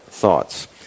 thoughts